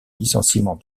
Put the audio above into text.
licenciement